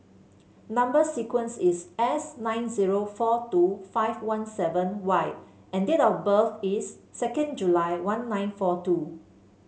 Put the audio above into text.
number sequence is S nine zero four two five one seven Y and date of birth is second July one nine four two